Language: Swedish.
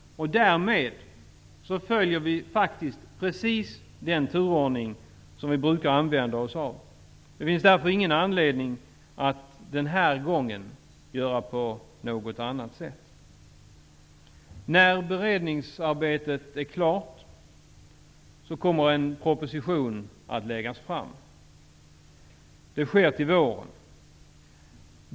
Därmed följer vi precis den turordning som vi brukar följa. Det finns därför ingen anledning att den här gången göra på något annat sätt. När beredningsarbetet är klart kommer en proposition att läggas fram. Det sker till våren.